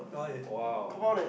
!wow!